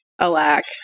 alack